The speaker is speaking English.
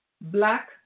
black